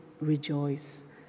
rejoice